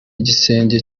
igisenge